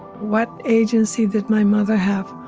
what agency that my mother have?